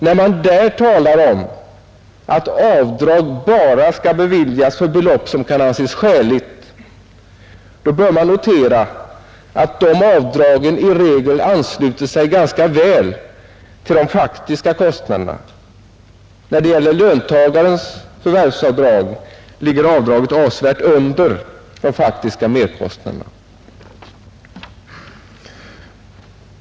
När man där talar om att avdrag bara skall beviljas för belopp som kan anses skäliga bör man notera att avdragen i regel ansluter sig ganska väl till de faktiska kostnaderna. När det gäller löntagarens förvärvsavdrag ligger avdraget avsevärt under de faktiska merkostnaderna.